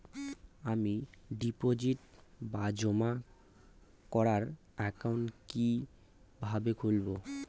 আমি ডিপোজিট বা জমা করার একাউন্ট কি কিভাবে খুলবো?